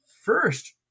first